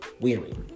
Weary